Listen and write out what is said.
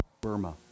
Burma